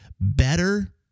better